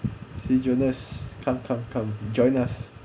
see jonas come come come join us